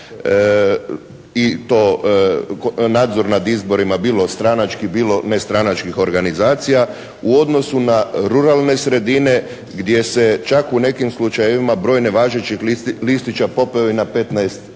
i to nadzor nad izborima bilo od stranačkih bilo nestranačkih organizacija u odnosu na ruralne sredine gdje se čak u nekim slučajevima broj nevažećih listića popeo i na 15%. Mislim